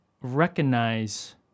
recognize